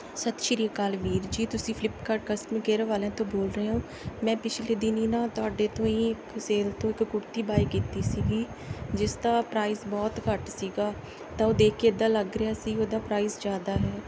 ਸਤਿ ਸ਼੍ਰੀ ਅਕਾਲ ਵੀਰ ਜੀ ਤੁਸੀਂ ਫਲਿੱਪਕਾਰਟ ਕਸਟਮਰ ਕੇਅਰ ਵਾਲਿਆਂ ਤੋਂ ਬੋਲ ਰਹੇ ਹੋ ਮੈਂ ਪਿਛਲੇ ਦਿਨੀਂ ਨਾ ਤੁਹਾਡੇ ਤੋਂ ਹੀ ਇੱਕ ਸੇਲ ਤੋਂ ਇੱਕ ਕੁੜਤੀ ਬਾਏ ਕੀਤੀ ਸੀਗੀ ਜਿਸ ਦਾ ਪ੍ਰਾਈਜ ਬਹੁਤ ਘੱਟ ਸੀਗਾ ਤਾਂ ਉਹ ਦੇਖ ਕੇ ਇੱਦਾਂ ਲੱਗ ਰਿਹਾ ਸੀ ਉਹਦਾ ਪ੍ਰਾਈਜ਼ ਜ਼ਿਆਦਾ ਹੈ